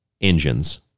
engines